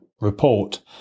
report